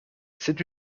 c’est